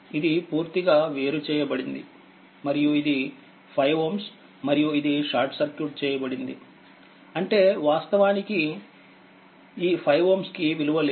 ఇది పూర్తిగా వేరుచేయబడింది మరియు ఇది5Ωమరియు ఇది షార్ట్ సర్క్యూట్చేయబడి ందిఅంటే వాస్తవానికి ఈ5Ω కి విలువ లేదు